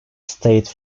state